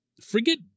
Forget